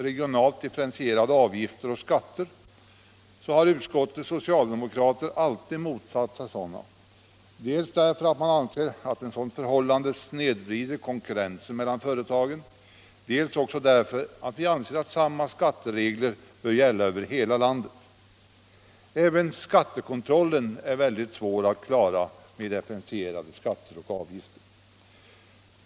Regionalt differentierade avgifter och skatter har utskottets socialdemokrater alltid motsatt sig, dels därför att vi anser att de snedvrider konkurrensen mellan företagen, dels därför att vi anser att samma skatteregler bör gälla över hela landet. Det blir också svårt att klara skattekontrollen om vi har differentierade avgifter.